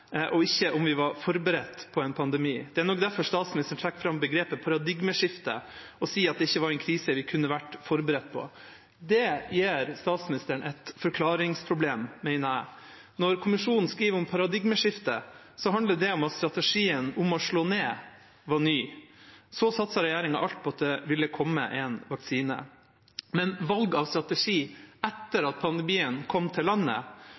og ikke om vi var forberedt på en pandemi. Det er nok derfor statsministeren trekker fram begrepet «paradigmeskifte» og sier at det ikke var en krise vi kunne vært forberedt på. Det gir statsministeren et forklaringsproblem, mener jeg. Når kommisjonen skriver om paradigmeskifte, handler det om at strategien med å slå ned var ny. Så satset regjeringa alt på at det ville komme en vaksine, men valg av strategi etter at pandemien kom til landet,